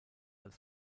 als